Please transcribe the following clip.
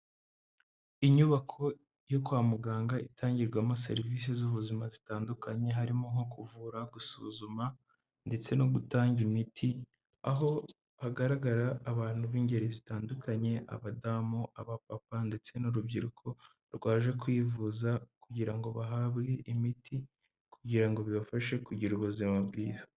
Inyubako yo kwa muganga itangirwamo serivise z'ubuzima zitandukanye, harimo nko kuvura, gusuzuma ndetse no gutanga imiti, aho hagaragara abantu b'ingeri zitandukanye, abadamu, abapapa ndetse n'urubyiruko rwaje kwivuza kugira ngo bahabwe imiti kugira ngo bibafashe kugira ubuzima bwiza.